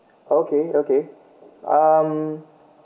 okay okay um